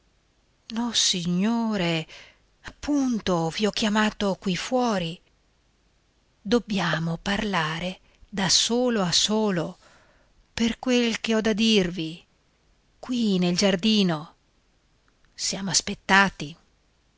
apposta nossignore appunto vi ho chiamato qui fuori dobbiamo parlare da solo a solo per quel che ho da dirvi qui nel giardino siamo aspettati